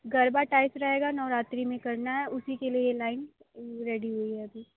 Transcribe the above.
garba type रहेगा नवरात्रि में करना हैं उसी के लिए ये लाइन रेडी हुई है अभी